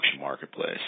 marketplace